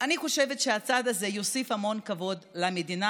אני חושבת שהצעד הזה יוסיף המון כבוד למדינה